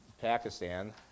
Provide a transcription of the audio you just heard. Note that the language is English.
Pakistan